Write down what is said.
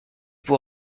pour